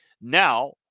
Now